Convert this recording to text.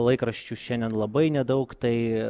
laikraščių šiandien labai nedaug tai